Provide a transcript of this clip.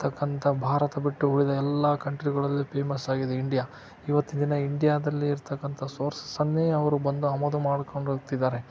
ತಕ್ಕಂತ ಭಾರತ ಬಿಟ್ಟು ಉಳಿದ ಎಲ್ಲ ಕಂಟ್ರಿಗಳಲ್ಲೂ ಪೇಮಸ್ ಆಗಿದೆ ಇಂಡ್ಯಾ ಇವತ್ತಿನ ದಿನ ಇಂಡ್ಯಾದಲ್ಲಿ ಇರತಕ್ಕಂಥ ಸೋರ್ಸಸನ್ನೇ ಅವರು ಬಂದು ಆಮದು ಮಾಡಿಕೊಂಡೋಗ್ತಿದಾರೆ